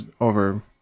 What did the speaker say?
over